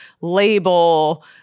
label